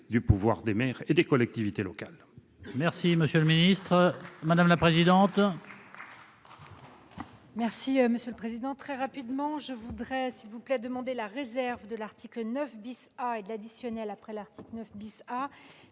du pouvoir des maires et des collectivités locales